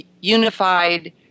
unified